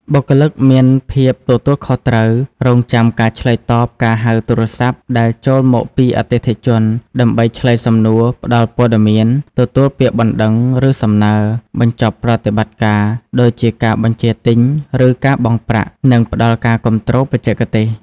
បុគ្គលិកមានភាពទទួលខុសត្រូវ រងចាំការឆ្លើយតបការហៅទូរស័ព្ទដែលចូលមកពីអតិថិជនដើម្បីឆ្លើយសំណួរ ផ្ដល់ព័ត៌មាន ទទួលពាក្យបណ្ដឹង ឬសំណើ បញ្ចប់ប្រតិបត្តិការ ដូចជាការបញ្ជាទិញ ឬការបង់ប្រាក់ និងផ្ដល់ការគាំទ្របច្ចេកទេស។